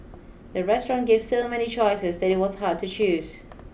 the restaurant gave so many choices that it was hard to choose